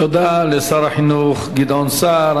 תודה לשר החינוך גדעון סער.